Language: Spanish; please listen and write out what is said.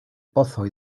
pozos